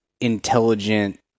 intelligent